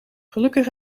gelukkig